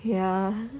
ya